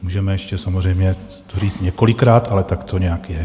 Můžeme ještě samozřejmě to říct několikrát, ale tak to nějak je.